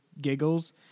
giggles